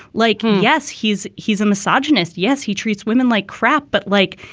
like, yes, he's he's a misogynist. yes. he treats women like crap. but like,